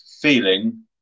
feeling